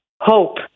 hope